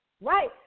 right